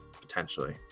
potentially